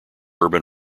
urban